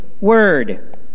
word